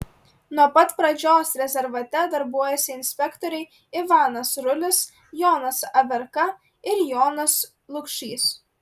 nuo pat pradžios rezervate darbuojasi inspektoriai ivanas rulis jonas averka ir jonas lukšys